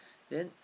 then